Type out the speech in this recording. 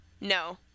No